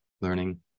learning